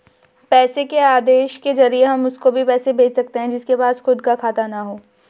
पैसे के आदेश के जरिए हम उसको भी पैसे भेज सकते है जिसके पास खुद का खाता ना हो